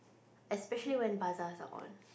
especially when bazaars are on